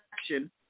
action